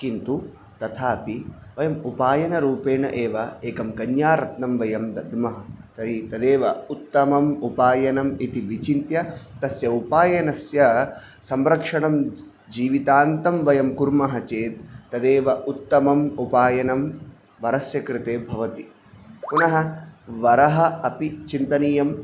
किन्तु तथापि वयम् उपायनरूपेण एव एकं कन्यारत्नं वयं दद्मः तर्हि तदेव उत्तमम् उपायनम् इति विचिन्त्य तस्य उपायनस्य संरक्षणं जीवितान्तं वयं कुर्मः चेत् तदेव उत्तमम् उपायनं वरस्य कृते भवति पुनः वरः अपि चिन्तनीयं